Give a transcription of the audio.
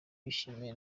bishimye